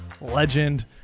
Legend